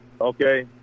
Okay